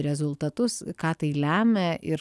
rezultatus ką tai lemia ir